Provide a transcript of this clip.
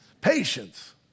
Patience